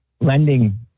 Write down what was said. lending